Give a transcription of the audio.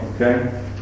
Okay